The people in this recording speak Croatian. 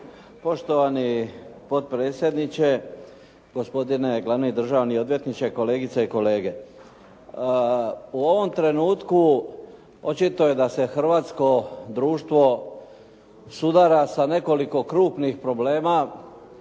Poštovani potpredsjedniče, poštovani glavni državni odvjetniče, kolegice i kolege. U ovom trenutku očito je da se hrvatsko društvo sudara sa nekoliko krupnih problema,